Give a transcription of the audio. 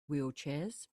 wheelchairs